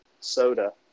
Soda